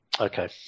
Okay